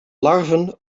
larven